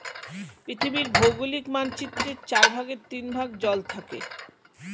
পৃথিবীর ভৌগোলিক মানচিত্রের চার ভাগের তিন ভাগ জল থাকে